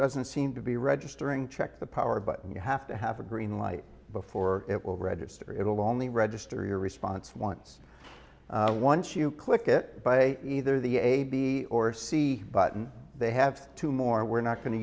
doesn't seem to be registering check the power but you have to have a green light before it will register it will only register your response once once you click it by either the a b or c button they have two more we're not going to